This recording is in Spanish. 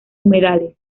humedales